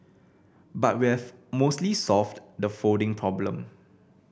but we have mostly solved the folding problem